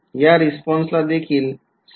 या रिस्पॉन्सला देखील सारखीच boundary कंडिशन असेल